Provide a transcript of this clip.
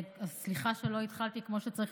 סליחה שלא התחלתי כמו שצריך,